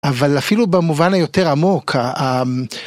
אבל אפילו במובן היותר עמוק, ה..